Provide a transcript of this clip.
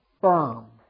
firm